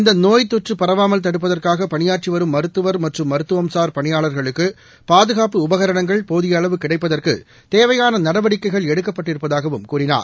இந்தநோய் தொற்றுபரவாமல் தடுப்பதற்காகபணியாற்றிவரும் மருத்துவர் மற்றும் மருத்துவம்சார் பணியாளர்களுக்குபாதுகாப்பு உபகரணங்கள் போதியஅளவு கிடைப்பதற்குதேவையானநடவடிக்கைகள் எடுக்கப்பட்டிருப்பதாகவும் கூறினார்